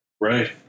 Right